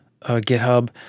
GitHub